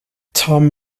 tom